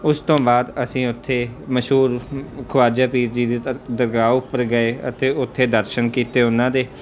ਉਸ ਤੋਂ ਬਾਅਦ ਅਸੀਂ ਉੱਥੇ ਮਸ਼ਹੂਰ ਖਵਾਜਾ ਪੀਰ ਜੀ ਦੀ ਦਰ ਦਰਗਾਹ ਉੱਪਰ ਗਏ ਅਤੇ ਉੱਥੇ ਦਰਸ਼ਨ ਕੀਤੇ ਉਹਨਾਂ ਦੇ